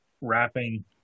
wrapping